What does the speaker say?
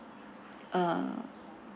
uh